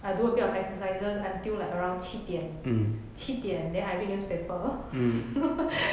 I do a bit of exercises until like around 七点七点 then I read newspaper